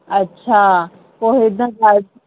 अच्छा पोइ हिन ॻाल्हि